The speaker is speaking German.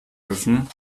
öffnen